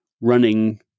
running